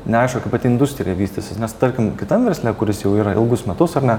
neaišku kaip pati industrija vystysis nes tarkim kitam verslui kuris jau yra ilgus metus ar ne